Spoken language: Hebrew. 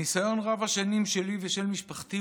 הניסיון רב-השנים שלי ושל משפחתי,